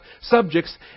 subjects